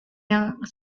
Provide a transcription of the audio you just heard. yang